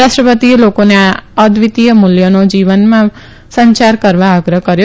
રાષ્ટ્રપતિએ લોકોને આ અદ્વિતીય મુલ્યોનો પોતાના જીવનમાં સંચાર કરવા આગ્રહ કર્યો